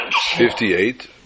Fifty-eight